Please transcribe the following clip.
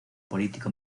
político